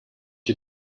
you